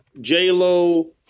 J-Lo